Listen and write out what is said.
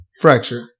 fracture